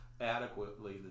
adequately